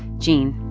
gene,